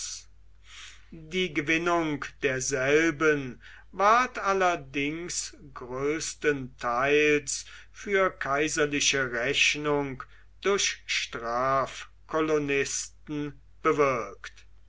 die gewinnung derselben ward allerdings größtenteils für kaiserliche rechnung durch strafkolonisten bewirkt